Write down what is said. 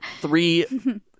Three